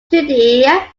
today